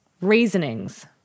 reasonings